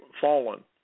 fallen